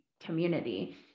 community